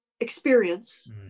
experience